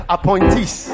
Appointees